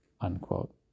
unquote